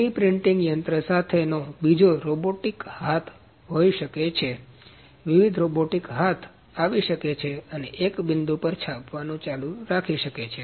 તેથી 3D printing યંત્ર સાથેનો બીજો રોબોટિક હાથ સાથે હોઈ શકે છે વિવિધ રોબોટિક હાથ આવી શકે છે અને એક બિંદુ પર છાપવાનું ચાલુ રાખી શકે છે